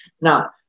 Now